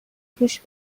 گوش